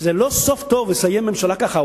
שזה לא סוף טוב לסיים ממשלה ככה,